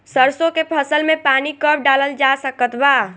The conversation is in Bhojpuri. सरसों के फसल में पानी कब डालल जा सकत बा?